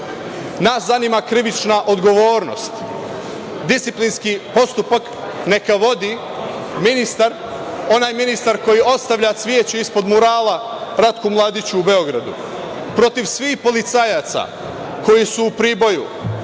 Nas zanima krivična odgovornost. Disciplinski postupak neka vodi ministar, onaj ministar koji ostavlja sveću ispod murala Ratku Mladiću u Beogradu. Protiv svih policajaca koji su u Priboju